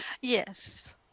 yes